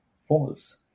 false